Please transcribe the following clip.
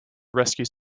rescues